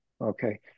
okay